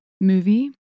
movie